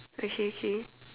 okay okay